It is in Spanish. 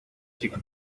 chica